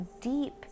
deep